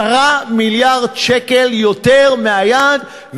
10 מיליארד שקל יותר מהיעד.